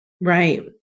Right